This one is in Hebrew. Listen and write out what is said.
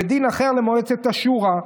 ודין אחר למועצת השורא,